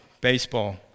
baseball